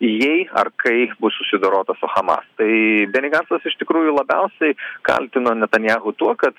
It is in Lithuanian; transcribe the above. jei ar kai bus susidorota su hamas tai beni gacas iš tikrųjų labiausiai kaltino netanyahu tuo kad